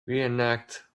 reenact